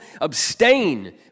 abstain